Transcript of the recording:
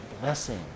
blessing